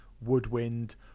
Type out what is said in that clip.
woodwind